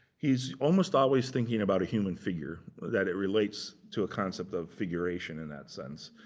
he's almost always thinking about a human figure, that it relates to a concept of configuration in that sense.